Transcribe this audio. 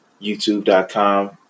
youtube.com